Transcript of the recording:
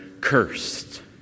cursed